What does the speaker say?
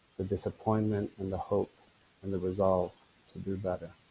the disappointment and the hope and the resolve to do better.